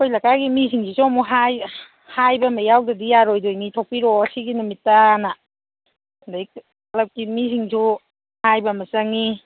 ꯑꯩꯈꯣꯏ ꯂꯩꯀꯥꯏꯒꯤ ꯃꯤꯁꯤꯡꯁꯤꯁꯨ ꯑꯃꯨꯛ ꯍꯥꯏ ꯍꯥꯏꯕ ꯑꯃ ꯌꯥꯎꯗ꯭ꯔꯗꯤ ꯌꯥꯔꯣꯏꯗꯣꯏꯅꯤ ꯊꯣꯛꯄꯤꯔꯣ ꯁꯤꯒꯤ ꯅꯨꯃꯤꯠꯇꯅ ꯑꯗꯩ ꯀ꯭ꯂꯞꯀꯤ ꯃꯤꯁꯤꯡꯁꯤꯁꯨ ꯍꯥꯏꯕ ꯑꯃ ꯆꯪꯏ